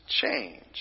change